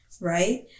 right